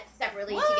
separately